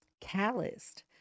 calloused